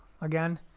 again